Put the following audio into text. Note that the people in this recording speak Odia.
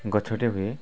ଗଛଟି ହୁଏ